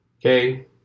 Okay